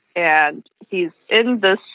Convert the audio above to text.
and he's in this,